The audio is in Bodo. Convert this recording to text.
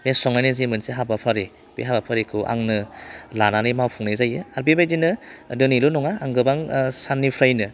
बे संनायनि जे मोनसे हाबाफारि बे हाबाफारिखौ आंनो लानानै मावफुंनाय जायो आरो बेबायदिनो दिनैल' नङा आं गोबां साननिफ्रायनो